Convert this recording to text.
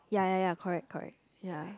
ya ya ya correct correct ya